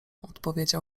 odpowiedział